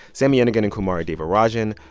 sami yenigun and kumari devarajan.